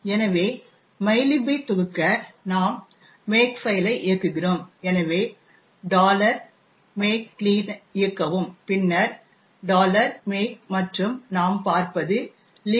எனவே மைலிபைத் தொகுக்க நாம் மேக்ஃபைலை இயக்குகிறோம் எனவே make clean இயக்கவும் பின்னர் make மற்றும் நாம் பார்ப்பது libmylib